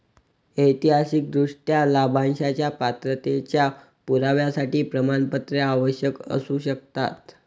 ऐतिहासिकदृष्ट्या, लाभांशाच्या पात्रतेच्या पुराव्यासाठी प्रमाणपत्रे आवश्यक असू शकतात